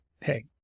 hey